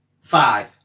Five